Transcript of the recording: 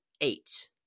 eight